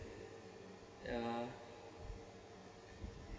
ya